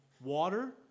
Water